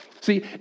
See